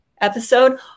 episode